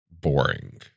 boring